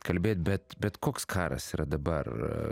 kalbėt bet bet koks karas yra dabar